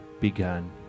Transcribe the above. begun